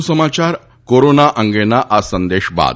વધુ સમાચાર કોરોના અંગેના આ સંદેશ બાદ